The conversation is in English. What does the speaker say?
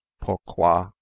pourquoi